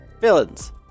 villains